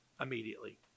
immediately